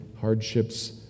hardships